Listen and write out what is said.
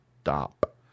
Stop